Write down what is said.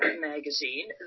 magazine